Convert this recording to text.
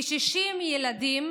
כ-60 ילדים